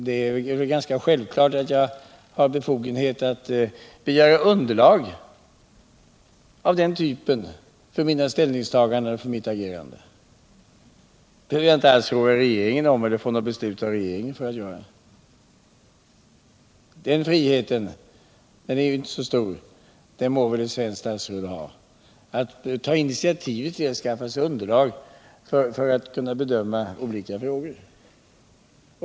Det är ganska självklart att jag har befogenhet att begära underlag av denna typ för mina ställningstaganden och mitt agerande. Jag behöver inte alls få något beslut av regeringen för att göra det. Ett svenskt statsråd må väl ändå ha friheten — den är ändå inte så stor att ta initiativ för att skaffa sig underlag för en bedömning av olika frågor.